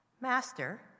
Master